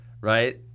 right